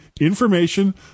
Information